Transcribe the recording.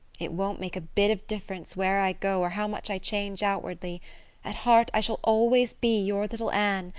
it won't make a bit of difference where i go or how much i change outwardly at heart i shall always be your little anne,